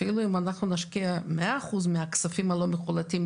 אפילו אם אנחנו נשקיע מאה אחוז מהכספים הלא מחולטים,